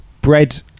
bread